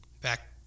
Back